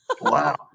wow